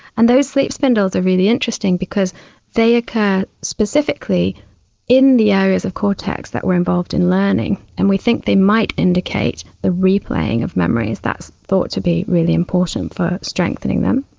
and those sleep spindles are really interesting because they occur specifically in the areas of cortex that were involved in learning, and we think they might indicate the replaying of memories that is thought to be really important for strengthening them.